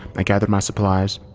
i gathered my supplies,